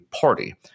party